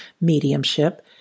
mediumship